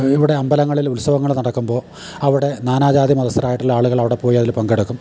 ഇവിടെ അമ്പലങ്ങളിൽ ഉത്സവങ്ങൾ നടക്കുമ്പോൾ അവിടെ നാനാജാതി മതസ്ഥരായിട്ടുള്ള ആളുകളവിടെ പോയി അതിൽ പങ്കെടുക്കും